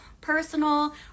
personal